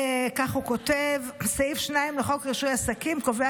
כך הוא כותב: סעיף 2 לחוק רישוי עסקים קובע